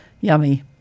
yummy